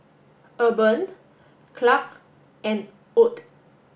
Urban Clarke and Ott